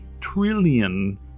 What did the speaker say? trillion